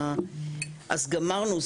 אז גמרנו,